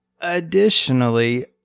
Additionally